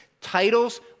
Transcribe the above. titles